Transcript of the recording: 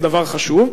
וזה דבר חשוב,